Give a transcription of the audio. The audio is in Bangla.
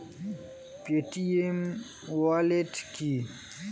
পেটিএম ওয়ালেট কি?